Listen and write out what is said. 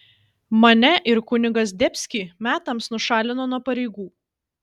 mane ir kunigą zdebskį metams nušalino nuo pareigų